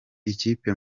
ikipe